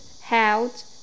held